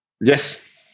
Yes